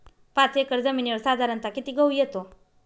पाच एकर जमिनीवर साधारणत: किती गहू येतो?